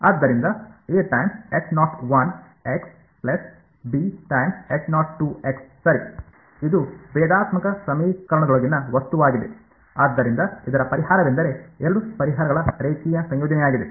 ಆದ್ದರಿಂದ ಸರಿ ಇದು ಭೇದಾತ್ಮಕ ಸಮೀಕರಣದೊಳಗಿನ ವಸ್ತುವಾಗಿದೆ ಆದ್ದರಿಂದ ಇದರ ಪರಿಹಾರವೆಂದರೆ ಎರಡು ಪರಿಹಾರಗಳ ರೇಖೀಯ ಸಂಯೋಜನೆಯಾಗಿದೆ